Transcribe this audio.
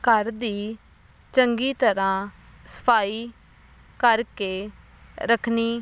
ਘਰ ਦੀ ਚੰਗੀ ਤਰ੍ਹਾਂ ਸਫਾਈ ਕਰਕੇ ਰੱਖਣੀ